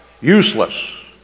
useless